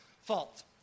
fault